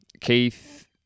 Keith